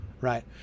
right